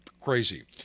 crazy